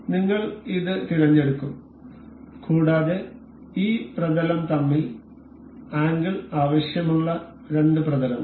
നിങ്ങൾ ഇത് തിരഞ്ഞെടുക്കും കൂടാതെ ഈ പ്രതലം തമ്മിൽ ആംഗിൾ ആവശ്യമുള്ള രണ്ട് പ്രതലങ്ങളും